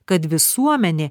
kad visuomenė